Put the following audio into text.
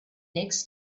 next